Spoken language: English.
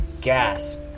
gas